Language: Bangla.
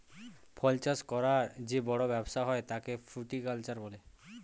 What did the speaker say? ফল চাষ করার যে বড় ব্যবসা হয় তাকে ফ্রুটিকালচার বলে